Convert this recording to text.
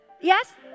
Yes